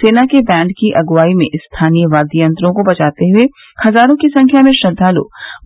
सेना के बैंड की अगुवाई में स्थानीय वाद्य यंत्रों को बजाते हए हजारों की संख्या में श्रद्वाल्